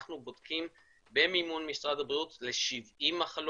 אנחנו בודקים במימון משרד הבריאות 70 מחלות,